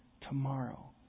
tomorrow